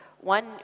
one